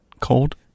Cold